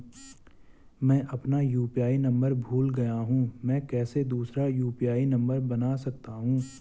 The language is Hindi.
मैं अपना यु.पी.आई नम्बर भूल गया हूँ मैं कैसे दूसरा यु.पी.आई नम्बर बना सकता हूँ?